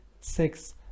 six